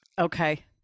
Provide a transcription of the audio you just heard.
Okay